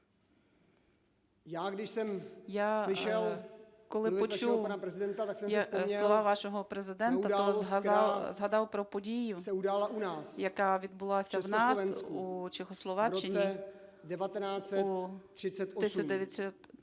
Я, коли почув слова вашого Президента, то згадав про подію, яка відбулася в нас, у Чехословаччині, у 1938.